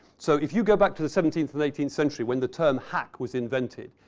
so, if you go back to the seventeenth or the eighteenth century when the term hack was invented,